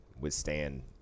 withstand